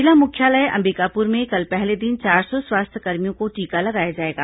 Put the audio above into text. जिला मुख्यालय अंबिकापूर में कल पहले दिन चार सौ स्वास्थ्यकर्मियों को टीका लगाया जाएगा